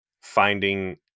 finding